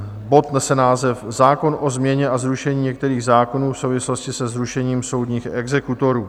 Bod nese název Zákon o změně a zrušení některých zákonů v souvislosti se zrušením soudních exekutorů.